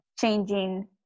changing